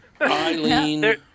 Eileen